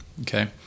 okay